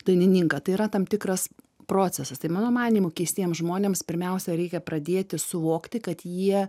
dainininką tai yra tam tikras procesas tai mano manymu keistiem žmonėms pirmiausia reikia pradėti suvokti kad jie